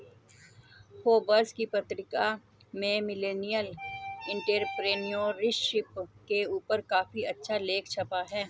Forbes की पत्रिका में मिलेनियल एंटेरप्रेन्योरशिप के ऊपर काफी अच्छा लेख छपा है